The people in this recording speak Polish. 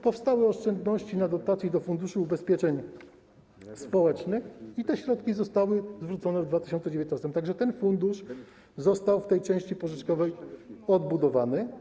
Powstały oszczędności w ramach dotacji do Funduszu Ubezpieczeń Społecznych i te środki zostały zwrócone w 2019 r., tak że ten fundusz został w części pożyczkowej odbudowany.